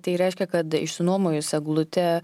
tai reiškia kad išsinuomojus eglutę